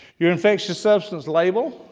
your infectious substance label,